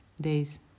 days